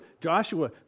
joshua